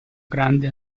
grande